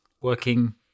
working